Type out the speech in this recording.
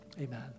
amen